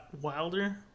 Wilder